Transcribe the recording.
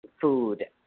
food